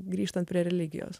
grįžtant prie religijos